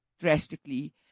drastically